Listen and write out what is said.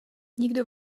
nikdo